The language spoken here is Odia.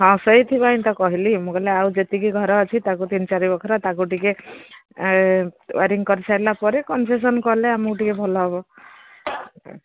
ହଁ ସେଇଥିପାଇଁ ତ କହିଲି ମୁଁ କହିଲି ଆଉ ଯେତିକି ଘର ଅଛି ତାକୁ ତିନି ଚାରି ବଖରା ତାକୁ ଟିକେ ୱାୟାରିିଂ କରିସାରିଲା ପରେ କନସେସନ୍ କଲେ ଆମକୁ ଟିକେ ଭଲ ହେବ